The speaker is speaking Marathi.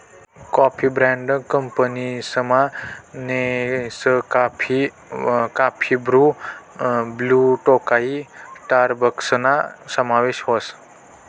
कॉफी ब्रँड कंपनीसमा Nescafe, coffee Bru, Blue Tokai स्टारबक्सना समावेश व्हस